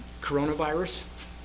coronavirus